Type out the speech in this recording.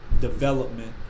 development